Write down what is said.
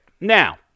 Now